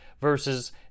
versus